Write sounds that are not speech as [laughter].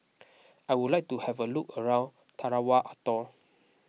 [noise] I would like to have a look around Tarawa Atoll